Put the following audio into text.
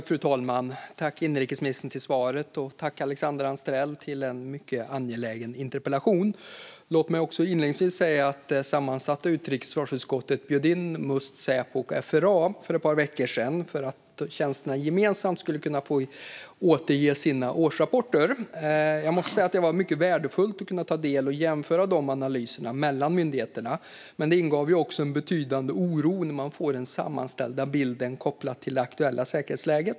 Fru talman! Tack, inrikesministern, för svaret! Och tack, Alexandra Anstrell, för en mycket angelägen interpellation! Låt mig inledningsvis säga att det sammansatta utrikes och försvarsutskottet bjöd in Must, Säpo och FRA för ett par veckor sedan för att tjänsterna gemensamt skulle få återge sina årsrapporter. Jag måste säga att det var mycket värdefullt att kunna ta del av och jämföra analyserna mellan myndigheterna. Men det ingav också en betydande oro när man fick den sammanställda bilden kopplad till det aktuella säkerhetsläget.